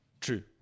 True